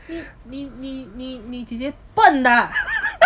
你你你你姐姐笨的啊